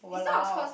!walao!